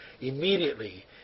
immediately